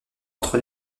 entre